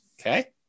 okay